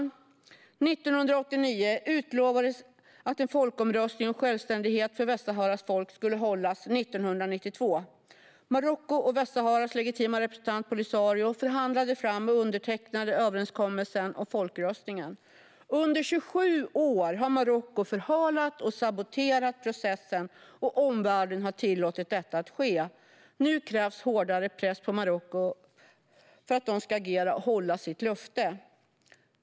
År 1989 utlovades att en folkomröstning om självständighet för Västsaharas folk skulle hållas 1992. Marocko och Västsaharas legitima representant Polisario förhandlade fram och undertecknade överenskommelsen om folkomröstningen. Under 27 år har Marocko förhalat och saboterat processen, och omvärlden har tillåtit detta att ske. Nu krävs hårdare press på Marocko för att de ska agera och hålla sitt löfte.